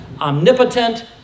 omnipotent